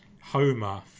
Homer